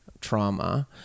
trauma